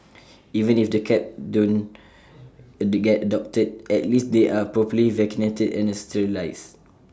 even if the cats don't get adopted at least they are properly vaccinated and sterilised